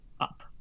up